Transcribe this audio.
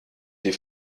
die